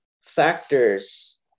factors